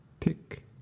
tick